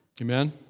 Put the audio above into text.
Amen